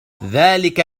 ذلك